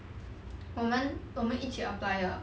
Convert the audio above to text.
我们我们一起 apply 的